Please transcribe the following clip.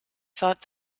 thought